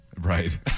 Right